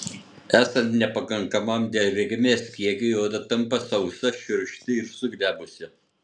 esant nepakankamam drėgmės kiekiui oda tampa sausa šiurkšti ir suglebusi